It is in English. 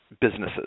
businesses